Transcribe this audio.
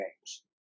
games